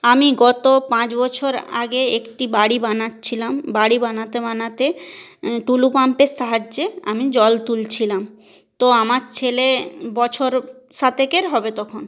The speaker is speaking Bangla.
আমি গত পাঁচ বছর আগে একটি বাড়ি বানাচ্ছিলাম বাড়ি বানাতে বানাতে টুলু পাম্পের সাহায্যে আমি জল তুলছিলাম তো আমার ছেলে বছর সাতেকের হবে তখন